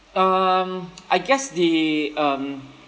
um I guess the um